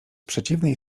przeciwnej